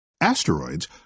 Asteroids